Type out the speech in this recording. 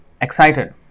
excited